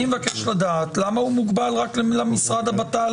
אני מבקש לדעת למה הוא מוגבל רק למשרד הבט"ל